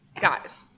guys